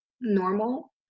normal